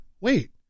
wait